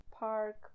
park